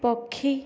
ପକ୍ଷୀ